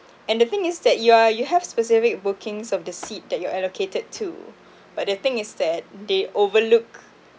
and the thing is that you are you have specific bookings of the seat that you're allocated to but the thing is that they overlooked